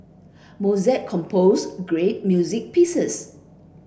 Mozart composed great music pieces